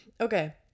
Okay